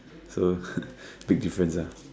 so big difference lah